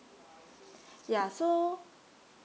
ya so